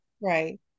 Right